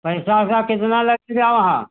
पैसा वैसा कितना लगेगा वहाँ